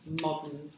modern